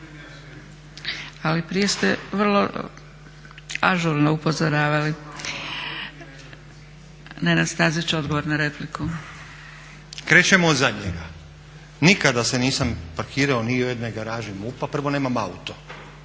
Ali prije ste vrlo ažurno upozoravali. Nenad Stazić, odgovor na repliku. **Stazić, Nenad (SDP)** Krećemo od zadnjega. Nikada se nisam parkirao ni u jednoj garaži MUP-a, prvo nemam auto,